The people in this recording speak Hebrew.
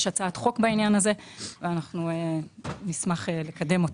ישנה הצעת חוק בעניין הזה, ואנחנו נשמח לקדם אותה.